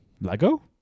Lego